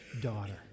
daughter